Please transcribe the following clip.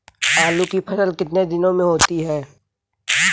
आलू की फसल कितने दिनों में होती है?